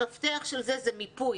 המפתח של זה הוא מיפוי.